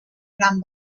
gran